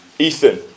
Ethan